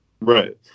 Right